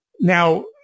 Now